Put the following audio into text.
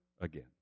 again